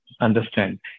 understand